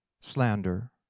slander